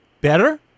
Better